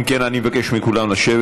אם כן, אני מבקש מכולם לשבת.